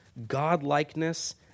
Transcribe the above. godlikeness